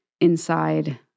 inside